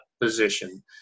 position